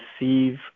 receive